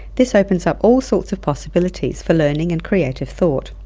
this opens up all sorts of possibilities for learning and creative thought,